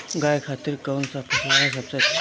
गाय खातिर कउन सा पशु आहार सबसे अच्छा बा?